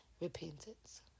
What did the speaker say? repentance